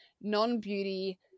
non-beauty